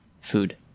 food